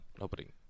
opening